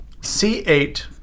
C8